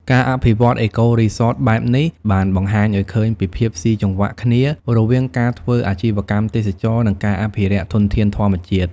ការអភិវឌ្ឍន៍ អេកូរីសត បែបនេះបានបង្ហាញឱ្យឃើញពីភាពស៊ីគ្នារវាងការធ្វើអាជីវកម្មទេសចរណ៍ និងការអភិរក្សធនធានធម្មជាតិ។